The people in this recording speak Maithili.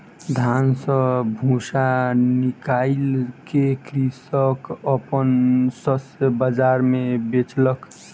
धान सॅ भूस्सा निकाइल के कृषक अपन शस्य बाजार मे बेचलक